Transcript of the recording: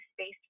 space